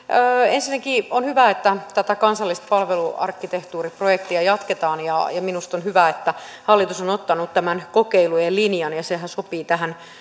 ensinnäkin on hyvä että tätä kansallista palveluarkkitehtuuriprojektia jatketaan ja ja minusta on hyvä että hallitus on ottanut tämän kokeilujen linjan sehän sopii tähän